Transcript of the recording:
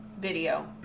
video